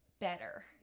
better